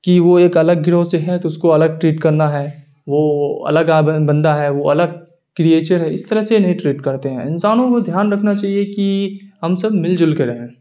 کہ وہ ایک الگ گروہ سے ہے تو اس کو الگ ٹریٹ کرنا ہے وہ الگ بندہ ہے وہ الگ کریئچر ہے اس طرح سے نہیں ٹریٹ کرتے ہیں انسانوں کو دھیان رکھنا چاہیے کہ ہم سب مل جل کے رہیں